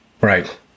Right